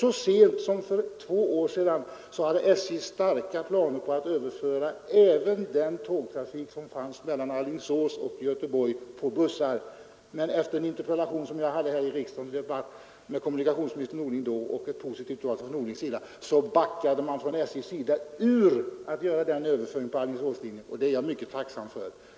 Så sent som för två år sedan hade SJ långt gångna planer på att överföra även trafiken mellan Alingsås och Göteborg från tåg till bussar, men efter en interpellationsdebatt som jag hade här i riksdagen med kommunikationsminister Norling — och ett positivt svar från honom — backade SJ ut från de planerna, och det är jag mycket tacksam för.